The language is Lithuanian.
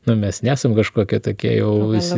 nu mes nesam kažkokie tokie jau visi